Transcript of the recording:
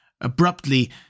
Abruptly